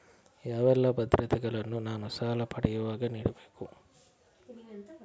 ಯಾವೆಲ್ಲ ಭದ್ರತೆಗಳನ್ನು ನಾನು ಸಾಲ ಪಡೆಯುವಾಗ ನೀಡಬೇಕು?